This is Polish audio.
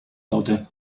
lody